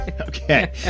Okay